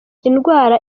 indwara